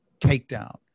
takedown